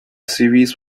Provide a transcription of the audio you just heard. series